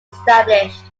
established